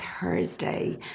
Thursday